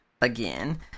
again